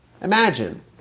Imagine